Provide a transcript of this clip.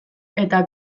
eta